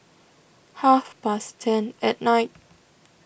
half past ten at night